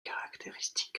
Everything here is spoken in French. caractéristiques